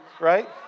right